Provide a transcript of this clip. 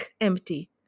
empty